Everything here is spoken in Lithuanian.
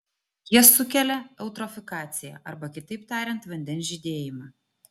jie sukelia eutrofikaciją arba kitaip tariant vandens žydėjimą